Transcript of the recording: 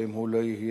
ואם הוא לא יהיה,